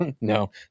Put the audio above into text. No